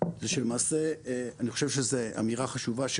זה שאני חושב שזו אמירה חשובה,